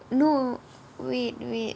no wait wait